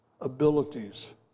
abilities